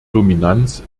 dominanz